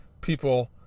people